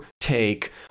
take